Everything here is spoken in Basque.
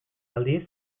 aldiz